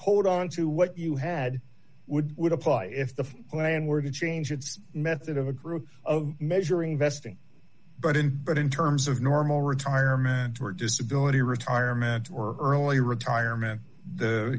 hold on to what you had would would apply if the plan were to change its method of a group measuring vesting but in but in terms of normal retirement or disability retirement or early retirement the